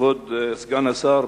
כבוד סגן השר,